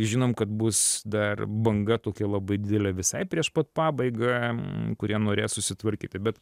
žinom kad bus dar banga tokia labai didelė visai prieš pat pabaigą kurie norės susitvarkyt tai bet